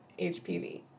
HPV